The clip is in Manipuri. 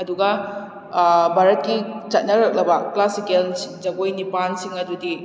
ꯑꯗꯨꯒ ꯚꯥꯔꯠꯀꯤ ꯆꯠꯅꯔꯛꯂꯕ ꯀ꯭ꯂꯥꯁꯤꯀꯦꯜ ꯖꯒꯣꯏ ꯅꯤꯄꯥꯟꯁꯤꯡ ꯑꯗꯨꯗꯤ